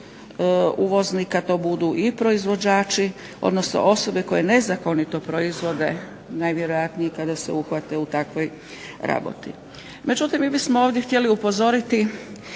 uvoznika to budu i proizvođači, odnosno osobe koje nezakonito proizvode najvjerojatnije kada se uhvate u takvoj raboti. Međutim, mi bismo ovdje htjeli upozoriti